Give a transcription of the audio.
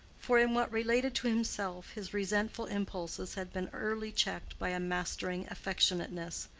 for in what related to himself his resentful impulses had been early checked by a mastering affectionateness.